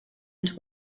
and